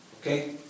Okay